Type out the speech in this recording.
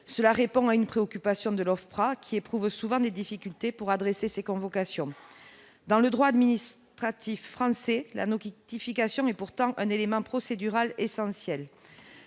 répond à une préoccupation de l'OFPRA, qui éprouve souvent des difficultés pour adresser ses convocations. Dans le droit administratif français, la notification est pourtant un élément procédural essentiel.